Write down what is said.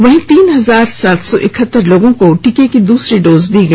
वहीं तीन हजार सात सौ इकहत्तर लोगों को टीका का दूसरा डोज दिया गया